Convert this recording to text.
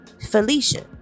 Felicia